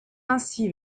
ainsi